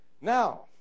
Now